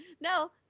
no